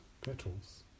petals